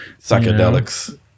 psychedelics